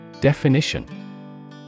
Definition